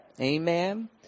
Amen